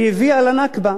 שהביאה לנכבה.